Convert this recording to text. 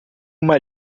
uma